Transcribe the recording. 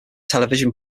television